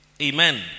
Amen